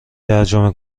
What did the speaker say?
ترجمه